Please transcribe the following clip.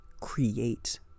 create